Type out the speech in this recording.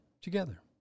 together